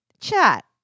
chat